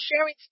sharing